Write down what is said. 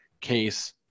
case